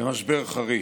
במשבר חריף,